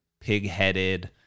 pig-headed